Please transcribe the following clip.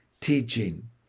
teaching